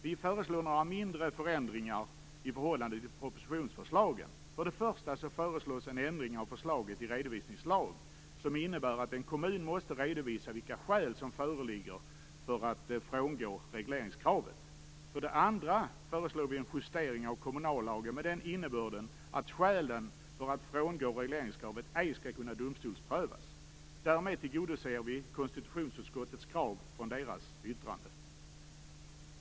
Vi föreslår några mindre ändringar i förhållande till propositionsförslagen. För det första föreslås en ändring av förslaget till redovisningslag som innebär att en kommun måste redovisa vilka skäl som föreligger för att frångå regleringskravet. För det andra föreslår vi en justering av kommunallagen med den innebörden att skälen för att frångå regleringskravet ej skall kunna domstolsprövas. Därmed tillgodoser vi konstitutionsutskottets krav i dess yttrande.